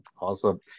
Awesome